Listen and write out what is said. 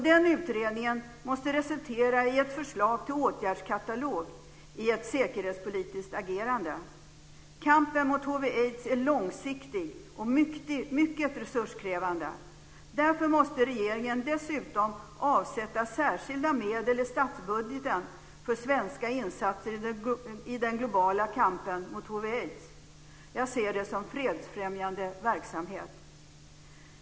Den utredningen måste resultera i ett förslag till en åtgärdskatalog i ett säkerhetspolitiskt agerande. Kampen mot hiv aids. Jag ser detta som fredsfrämjande verksamhet.